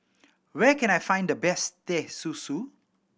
where can I find the best Teh Susu